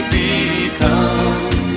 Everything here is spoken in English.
become